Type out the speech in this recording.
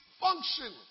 function